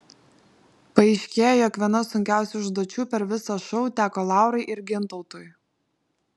paaiškėjo jog viena sunkiausių užduočių per visą šou teko laurai ir gintautui